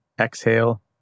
exhale